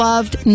loved